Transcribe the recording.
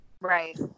right